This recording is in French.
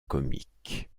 comique